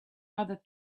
other